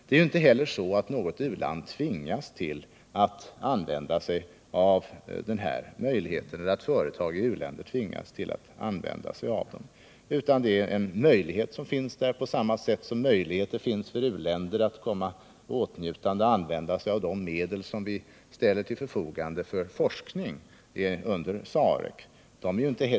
Det är inte heller så att något u-land tvingas till att använda sig av denna möjlighet eller att företag i uländer tvingas till att använda sig av den, utan det är en möjlighet som finns på samma sätt som u-länder kan komma i åtnjutande av de medel som vi ställer till förfogande för forskning under SAREC.